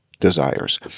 desires